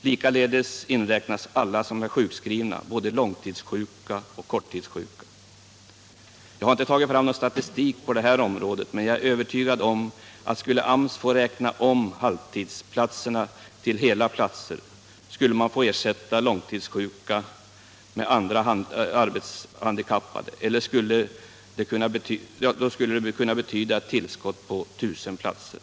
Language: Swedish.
Likaledes inräknas alla som är sjukskrivna, både långtidssjuka och korttidssjuka. Jag har inte tagit fram någon statistik på det här området, men jag är övertygad om att skulle AMS få räkna om halvtidsplatserna till hela platser och skulle man få ersätta långtidssjuka med andra arbetshandikappade skulle det kunna betyda ett tillskott på 1000 platser.